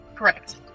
Correct